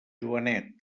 joanet